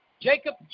Jacob